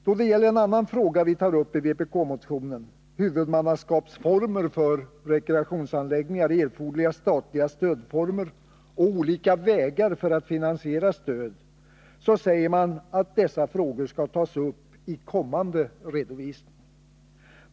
Då det gäller andra frågor som vi tar upp i vpk-motionen — huvudmannaskapsformer för rekreationsanläggningar, erforderliga statliga stödformer och olika vägar att finansiera stöd — säger man att dessa frågor skall tas upp i kommande redovisning.